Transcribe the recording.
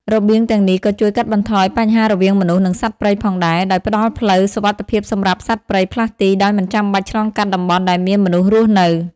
របៀងទាំងនេះក៏ជួយកាត់បន្ថយ បញ្ហាររវាងមនុស្ស និងសត្វព្រៃ ផងដែរ ដោយផ្តល់ផ្លូវសុវត្ថិភាពសម្រាប់សត្វព្រៃផ្លាស់ទីដោយមិនចាំបាច់ឆ្លងកាត់តំបន់ដែលមានមនុស្សរស់នៅ។